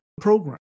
program